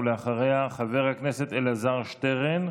אחריה, חבר הכנסת אלעזר שטרן,